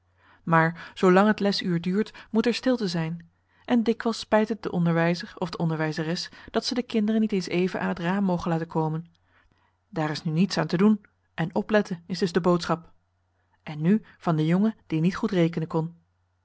zoo lang het lesuur duurt moet er stilte zijn en dikwijls spijt het den onderwijzer of de onderwijzeres dat ze de kinderen niet eens even aan het raam mogen laten komen daar is nu niets aan te doen en opletten is dus de boodschap en nu van den jongen die niet goed rekenen kon